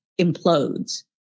implodes